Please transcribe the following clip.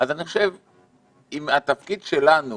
אז אני חושב אם התפקיד שלנו,